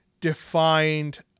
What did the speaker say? defined